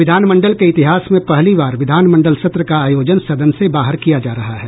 विधान मंडल के इतिहास में पहली बार विधान मंडल सत्र का आयोजन सदन से बाहर किया जा रहा है